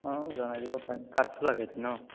অঁ জনাই দিব পাৰিম কাঠফুলা খেতি ন